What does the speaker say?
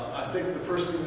i think the first